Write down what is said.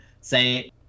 say